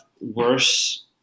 worse